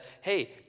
hey